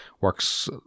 works